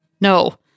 no